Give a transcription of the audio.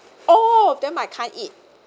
all of them I can't eat